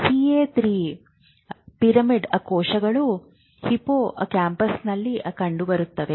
CA 3 pyramidal ಕೋಶಗಳು ಹಿಪ್ಪೋ ಕ್ಯಾಂಪಸ್ನಲ್ಲಿ ಕಂಡುಬರುತ್ತವೆ